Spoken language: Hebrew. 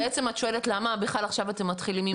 בעצם שואלת למה בכלל עכשיו מתחילים עם הפינוי.